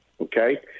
okay